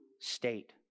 state